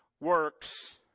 works